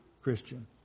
Christian